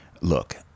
look